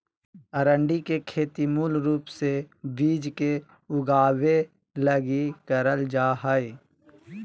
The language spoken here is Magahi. अरंडी के खेती मूल रूप से बिज के उगाबे लगी करल जा हइ